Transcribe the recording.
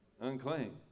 Unclean